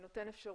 החוק נותן אפשרות